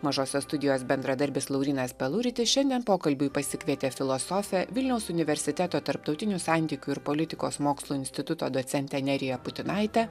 mažosios studijos bendradarbis laurynas peluritis šiandien pokalbiui pasikvietė filosofę vilniaus universiteto tarptautinių santykių ir politikos mokslų instituto docentę neriją putinaitę